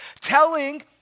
telling